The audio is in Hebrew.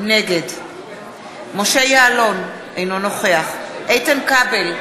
נגד משה יעלון, אינו נוכח איתן כבל,